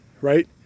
right